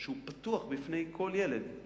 שהוא פתוח בפני כל ילד.